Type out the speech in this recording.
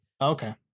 Okay